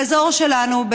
באזור שלנו,